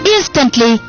Instantly